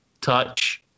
touch